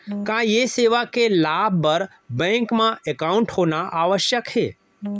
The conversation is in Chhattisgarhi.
का ये सेवा के लाभ बर बैंक मा एकाउंट होना आवश्यक हे